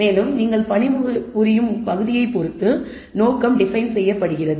மேலும் நீங்கள் பணிபுரியும் பகுதியைப் பொறுத்து நோக்கம் டிபைன் செய்யப்படுகிறது